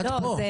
את פה.